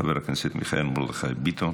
חבר הכנסת מיכאל מרדכי ביטון,